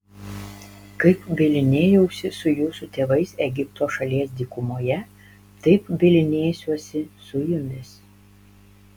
kaip bylinėjausi su jūsų tėvais egipto šalies dykumoje taip bylinėsiuosi su jumis